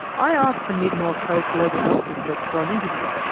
i ask the mid north coast local health district for an interview,